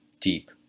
deep